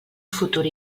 futur